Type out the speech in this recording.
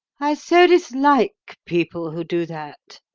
i so dislike people who do that,